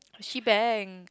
She Bangs